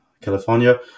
California